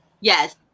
Yes